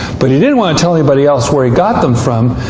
but he didn't want to tell anybody else where he got them from,